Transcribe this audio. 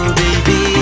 baby